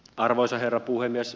arvoisa herra puhemies